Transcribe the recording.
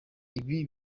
ibi